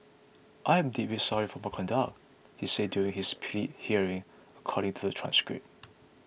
I am deeply sorry for my conduct he said during his plea hearing according to a transcript